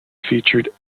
featured